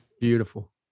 beautiful